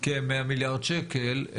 כ-100 מיליארד שקל,